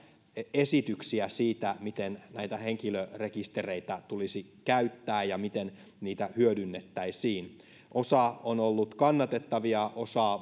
esityksiä siitä miten näitä henkilörekistereitä tulisi käyttää ja miten niitä hyödynnettäisiin osa on ollut kannatettavia osaa